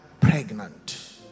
pregnant